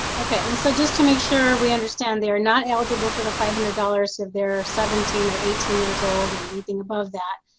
ok, and so just to make sure we understand, they are not eligible for the five hundred dollars if they are seventeen or eighteen years old or anything above that.